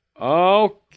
Okay